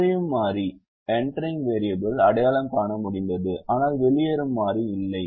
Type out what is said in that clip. நுழையும் மாறியை அடையாளம் காண முடிந்தது ஆனால் வெளியேறும் மாறி இல்லை